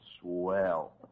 Swell